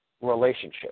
relationship